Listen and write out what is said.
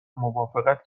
موافقت